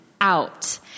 out